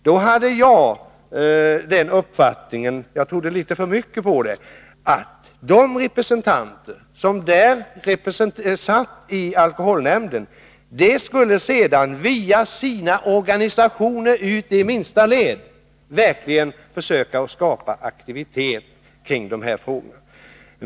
Jag hade då den uppfattningen — och jag trodde litet för mycket på den — att folkrörelserepresentanterna i alkoholpolitiska nämnden skulle via sina organisationer ut i minsta led verkligen försöka skapa aktivitet kring dessa frågor.